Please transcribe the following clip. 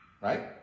right